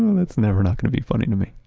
that's never not going to be funny to me